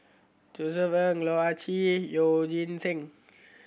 Josef Ng Loh Ah Chee Yeoh Ghim Seng